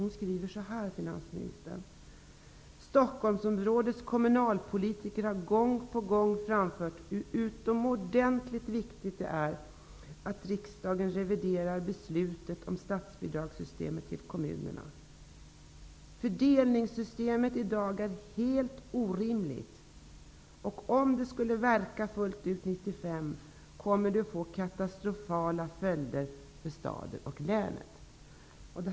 Hon skriver: ''Stockholmsområdets kommunalpolitiker har gång på gång framfört hur utomordentligt viktigt det är att riksdagen reviderar beslutet om statsbidragssystem till kommunerna. Fördelningssystemet idag är helt orimligt och om det skulle verka fullt ut 1995 kommer det att få katastrofala följder för staden och länet.''